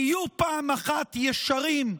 תהיו פעם אחת ישרים,